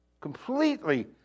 completely